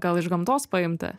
gal iš gamtos paimta